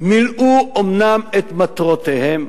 אומנם מילאו את מטרותיהם?